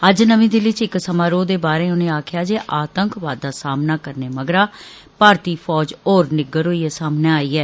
अज्ज नमीं दिल्ली च इक समारोह दे बाहरें उनें आक्खेआ जे आतंकवाद दा सामना करने मगरा भारतीय फौज होर निग्गर होइयै सामने आई ऐ